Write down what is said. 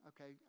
okay